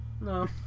No